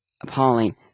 appalling